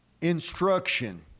instruction